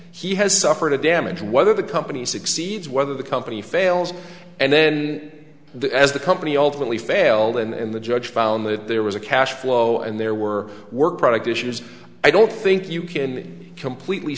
he has suffered a damage whether the company succeeds whether the company fails and then the as the company ultimately failed and the judge found that there was a cash flow and there were work product issues i don't think you can completely